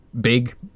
big